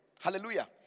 Hallelujah